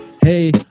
hey